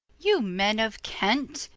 you men of kent